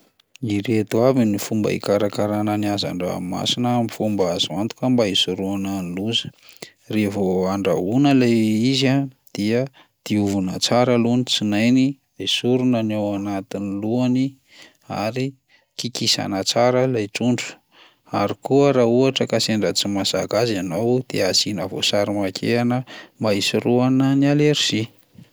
Ireto avy ny fomba hikarakarana ny hazan-dranomasina amin'ny fomba azo antoka mba hisorohana ny loza: raha vao handrahoana ilay izy a dia diovina tsara aloha ny tsinainy, esorina ny ao anatin'ny lohany ary kikisana tsara lay trondro, ary koa raha ohatra ka sendra tsy mahazaka azy ianao dia asiana voasary makirana mba hisorohana ny alerzia.